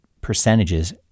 percentages